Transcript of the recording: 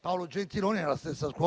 Paolo Gentiloni, che